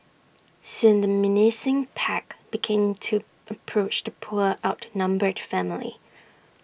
soon the menacing pack became to approach the poor outnumbered family